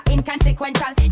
Inconsequential